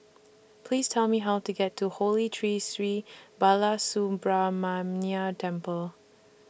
Please Tell Me How to get to Holy Tree Sri Balasubramaniar Temple